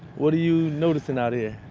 what are you noticing out here?